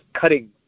cutting